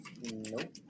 Nope